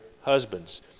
husbands